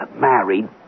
married